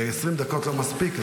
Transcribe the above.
ו-20 דקות לא מספיק,